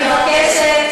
אני מבקשת.